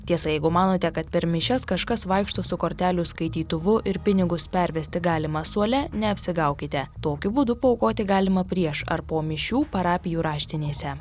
tiesa jeigu manote kad per mišias kažkas vaikšto su kortelių skaitytuvu ir pinigus pervesti galima suole neapsigaukite tokiu būdu paaukoti galima prieš ar po mišių parapijų raštinėse